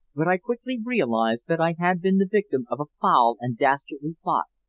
but i quickly realized that i had been the victim of a foul and dastardly plot,